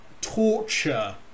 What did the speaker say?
torture